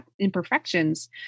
imperfections